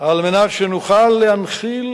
על מנת שנוכל להנחיל